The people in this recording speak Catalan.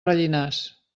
rellinars